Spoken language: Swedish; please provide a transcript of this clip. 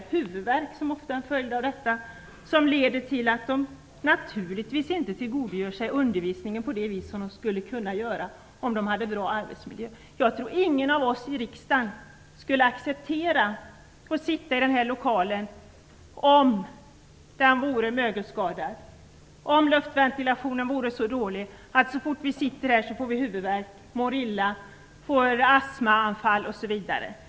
Den huvudvärk som ofta är en följd av detta leder naturligtvis till att de inte kan tillgodogöra sig undervisningen på det sätt som de skulle kunna göra om de hade bra arbetsmiljö. Jag tror att ingen av oss i riksdagen skulle acceptera att sitta i den här lokalen, om den vore mögelskadad, om ventilationen vore så dålig att så fort vi sitter här får vi huvudvärk, mår illa, får astmabesvär osv.